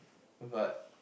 but